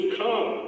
come